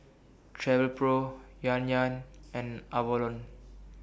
Travelpro Yan Yan and Avalon